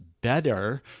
better